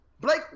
Blake